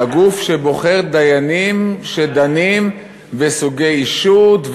לגוף שבוחר דיינים שדנים בסוגי אישות,